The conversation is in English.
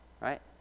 right